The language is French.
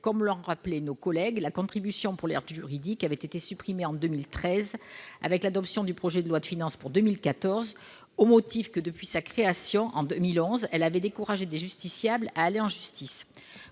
Comme l'ont rappelé nos collègues, la contribution pour l'aide juridique avait été supprimée en 2013 par le projet de loi de finances pour 2014, au motif que, depuis sa création, en 2011, elle avait découragé des justiciables à aller en justice.